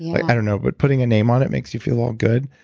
like i don't know, but putting a name on it makes you feel all good.